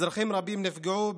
אזרחים רבים נפגעו,